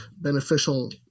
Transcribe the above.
beneficial